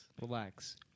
relax